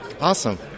Awesome